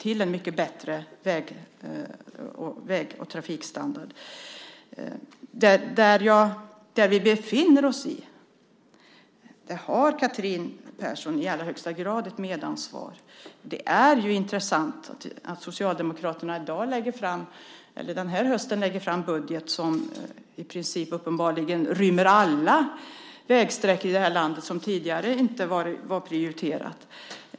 Den situation som vi befinner oss i nu har Catherine Persson i allra högsta grad ett medansvar för. Det är intressant att Socialdemokraterna i dag lägger fram en budget som i princip uppenbarligen rymmer alla vägsträckor i det här landet som tidigare inte var prioriterade.